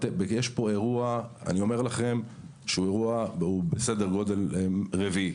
יש פה אירוע, אני אומר לכם, הוא בסדר גודל רביעי.